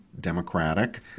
democratic